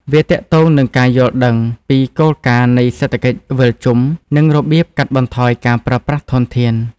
វាទាក់ទងនឹងការយល់ដឹងពីគោលការណ៍នៃសេដ្ឋកិច្ចវិលជុំ និងរបៀបកាត់បន្ថយការប្រើប្រាស់ធនធាន។